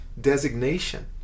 designation